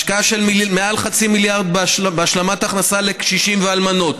השקעה של מעל חצי מיליארד בהשלמת הכנסה לקשישים ואלמנות,